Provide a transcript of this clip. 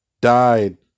died